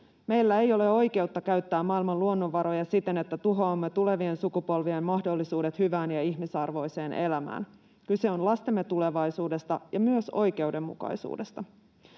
Meillä ei ole oikeutta käyttää maailman luonnonvaroja siten, että tuhoamme tulevien sukupolvien mahdollisuudet hyvään ja ihmisarvoiseen elämään. Kyse on lastemme tulevaisuudesta ja myös oikeudenmukaisuudesta.